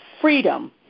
freedom